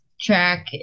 track